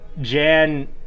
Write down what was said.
Jan